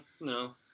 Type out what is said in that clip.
no